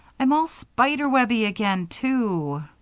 i'm all spider-webby again, too.